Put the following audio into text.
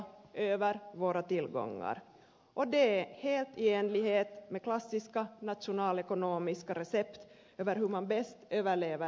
det är helt i enlighet med klassiska nationalekonomiska recept över hur man bäst överlever en recession